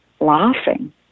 laughing